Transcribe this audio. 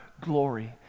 glory